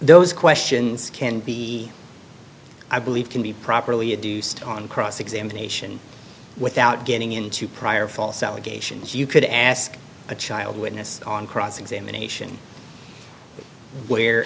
those questions can be i believe can be properly a deuced on cross examination without getting into prior false allegations you could ask a child witness on cross examination where